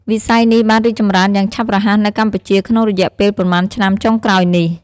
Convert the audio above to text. វិស័យនេះបានរីកចម្រើនយ៉ាងឆាប់រហ័សនៅកម្ពុជាក្នុងរយៈពេលប៉ុន្មានឆ្នាំចុងក្រោយនេះ។